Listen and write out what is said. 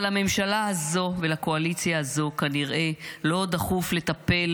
אבל לממשלה הזו ולקואליציה הזו כנראה לא דחוף לטפל